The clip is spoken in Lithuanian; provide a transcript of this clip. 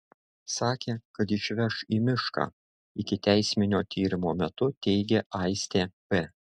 sakė kad išveš į mišką ikiteisminio tyrimo metu teigė aistė p